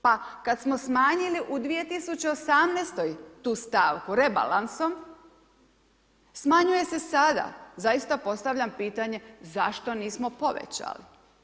Pa kada smo smanjili u 2018.-toj tu stavku, rebalansom, smanjuje se sada, zaista postavljam pitanje zašto nismo povećali?